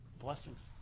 Blessings